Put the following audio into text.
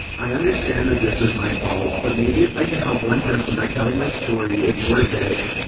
i understand that this was my fault, but maybe if i can help one person by telling my story, it's worth it.